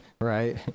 right